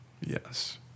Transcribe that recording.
Yes